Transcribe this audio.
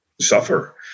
suffer